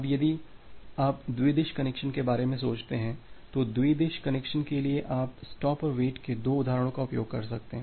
अब यदि आप द्विदिश कनेक्शन के बारे में सोचते हैं तो द्विदिश कनेक्शन के लिए आप स्टॉप और वेट के दो उदाहरणों का उपयोग कर सकते हैं